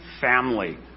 family